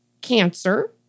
cancer